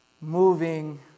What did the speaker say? moving